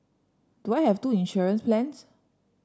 do I have two insurance plans